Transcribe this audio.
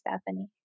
Stephanie